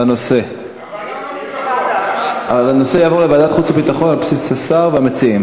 הנושא יעבור לוועדת החוץ והביטחון על בסיס הצעת השר והמציעים.